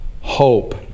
hope